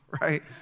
right